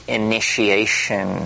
initiation